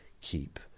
keep